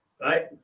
right